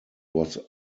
was